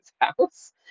house